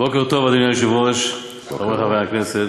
בוקר טוב, אדוני היושב-ראש, חברי חברי הכנסת,